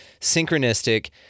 synchronistic